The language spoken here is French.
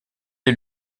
est